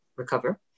recover